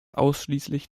ausschließlich